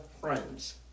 friends